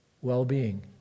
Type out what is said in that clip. well-being